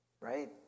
Right